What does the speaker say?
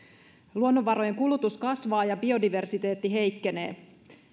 luonnonvarojen kulutus kasvaa ja biodiversiteetti heikkenee